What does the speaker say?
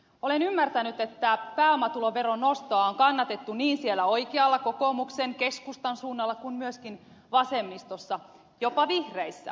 olen ymmärtänyt että pääomatuloveron nostoa on kannatettu niin siellä oikealla kokoomuksen keskustan suunnalla kuin myöskin vasemmistossa jopa vihreissä